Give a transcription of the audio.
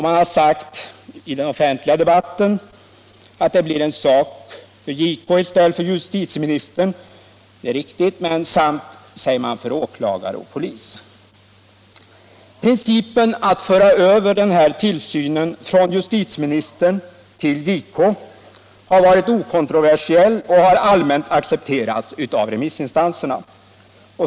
Man har sagt i den offentliga debatten att det blir en sak för JK i stället för en sak för justitieministern — och detta är riktigt — samt för åklagare och polis. Principen att föra över denna tillsyn från justitieministern till JK har varit okontroversiell och har allmänt accepterats av remissinstanserna.